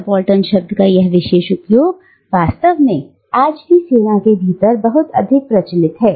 subaltern शब्द का यह विशेष उपयोग वास्तव में आज भी सेना के भीतर बहुत अधिक प्रचलित है